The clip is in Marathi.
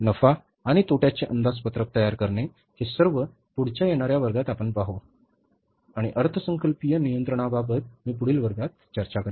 नफा आणि तोट्याचे अंदाजपत्रक तयार करणे हे सर्व पुढच्या येणाऱ्या वर्गात आपण पाहू आणि अर्थसंकल्पीय नियंत्रणाबाबत मी पुढील वर्गात चर्चा करेन